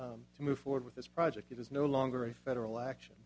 to move forward with this project it is no longer a federal action